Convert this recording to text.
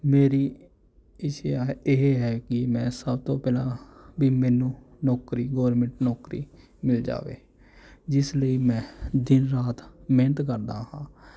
ਮੇਰੀ ਇੱਸਿਆ ਇਹ ਹੈ ਕਿ ਮੈਂ ਸਭ ਤੋਂ ਪਹਿਲਾਂ ਵੀ ਮੈਨੂੰ ਨੌਕਰੀ ਗੌਰਮਿੰਟ ਨੌਕਰੀ ਮਿਲ ਜਾਵੇ ਜਿਸ ਲਈ ਮੈਂ ਦਿਨ ਰਾਤ ਮਿਹਨਤ ਕਰਦਾ ਹਾਂ